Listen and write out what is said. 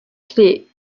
clés